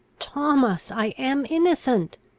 thomas, i am innocent!